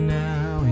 now